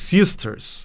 Sisters